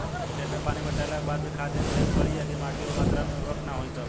खेत मे पानी पटैला के बाद भी खाद देते रहे के पड़ी यदि माटी ओ मात्रा मे उर्वरक ना होई तब?